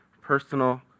personal